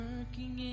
Working